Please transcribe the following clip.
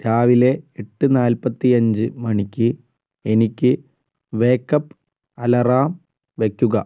രാവിലെ എട്ട് നാല്പത്തിയഞ്ച് മണിക്ക് എനിക്ക് വേക്ക് അപ്പ് അലാറം വെയ്ക്കുക